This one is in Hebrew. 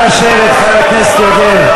חבר הכנסת יוגב,